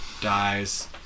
dies